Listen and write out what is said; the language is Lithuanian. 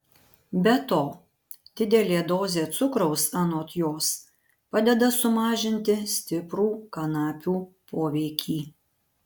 be to didelė dozė cukraus anot jos padeda sumažinti stiprų kanapių poveikį